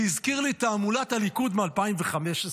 זה הזכיר את תעמולת הליכוד מ-2015.